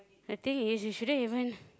the thing is you shouldn't even